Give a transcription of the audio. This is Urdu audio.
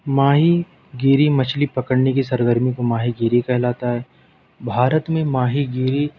ماہی گیری مچھلی پکڑنے کی سرگرمی کو ماہی گیری کہلاتا ہے بھارت میں ماہی گیری